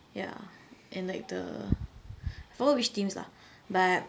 ya and like the forgot which teams lah but